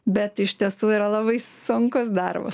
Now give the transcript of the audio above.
bet iš tiesų yra labai sunkus darbas